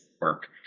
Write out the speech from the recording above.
work